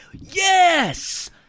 Yes